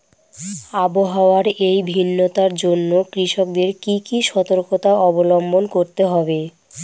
আবহাওয়ার এই ভিন্নতার জন্য কৃষকদের কি কি সর্তকতা অবলম্বন করতে হবে?